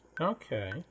Okay